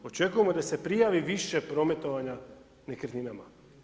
Očekujemo da se prijavi više prometovanja nekretninama.